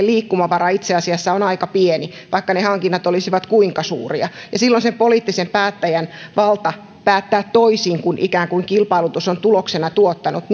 liikkumavara itse asiassa on aika pieni vaikka ne hankinnat olisivat kuinka suuria silloin sen poliittisen päättäjän valta päättää toisin kuin ikään kuin kilpailutus on tuloksena tuottanut